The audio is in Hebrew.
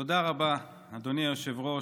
תודה רבה, אדוני היושב-ראש.